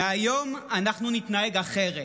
מהיום אנחנו נתנהג אחרת.